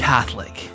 Catholic